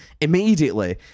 immediately